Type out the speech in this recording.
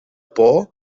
por